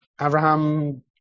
Abraham